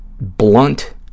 blunt